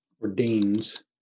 ordains